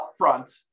upfront